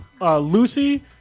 Lucy